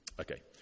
Okay